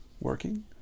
working